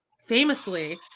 famously